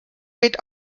geht